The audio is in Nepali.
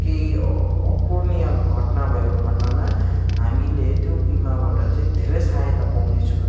केही अपुरणीय घट्ना भएको खण्डमा हामीले त्यो बिमाबाट चाहिँ धेरै सहायता पाउनेछौँ